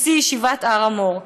נשיא ישיבת "הר המור",